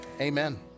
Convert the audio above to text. amen